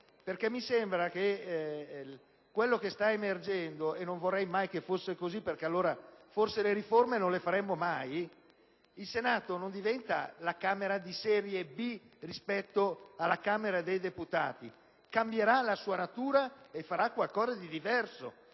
Mi sembra che quello che sta emergendo - e non vorrei mai che fosse così perché altrimenti le riforme non le faremmo mai - è il timore che il Senato diventi una Camera di serie B rispetto alla Camera dei deputati. Cambierà la sua natura e farà qualcosa di diverso,